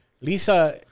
Lisa